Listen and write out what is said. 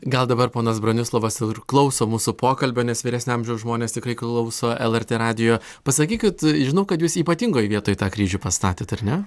gal dabar ponas bronislovas ir klauso mūsų pokalbio nes vyresnio amžiaus žmonės tikrai klauso lrt radijo pasakykit žinau kad jūs ypatingoj vietoj tą kryžių pastatėt ar ne